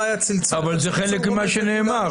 אבל זה חלק ממה שנאמר.